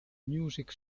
music